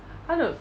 它的